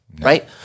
right